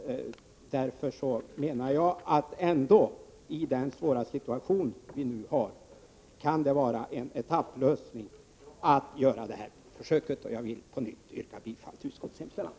Därför menar jag att det ändå i den svåra situation som vi nu har kan vara en etapplösning att göra detta försök. Jag vill på nytt yrka bifall till utskottets hemställan.